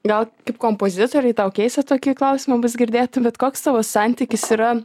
gal kaip kompozitorei tau keista tokį klausimą bus girdėti bet koks tavo santykis yra